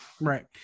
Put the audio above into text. Right